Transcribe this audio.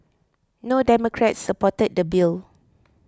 no Democrats supported the bill